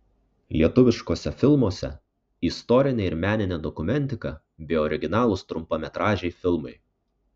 lietuviškuose filmuose istorinė ir meninė dokumentika bei originalūs trumpametražiai filmai